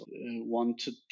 wanted